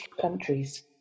countries